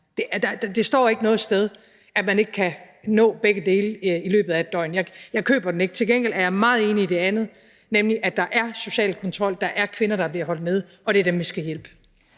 Det står ikke noget sted, at man ikke kan nå begge dele i løbet af et døgn. Jeg køber den ikke. Til gengæld er jeg meget enig i det andet, nemlig at der er social kontrol; der er kvinder, der bliver holdt nede, og det er dem, vi skal hjælpe.